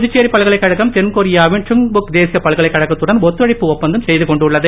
புதுச்சேரி பல்கலைக்கழகம் தென்கொரியாவின் சுங்புக் தேசிய பல்கலைக்கழகத்துடன் ஒத்துழைப்பு ஒப்பந்தம் செய்து கொண்டுள்ளது